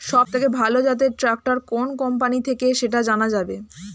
সবথেকে ভালো জাতের ট্রাক্টর কোন কোম্পানি থেকে সেটা জানা যাবে?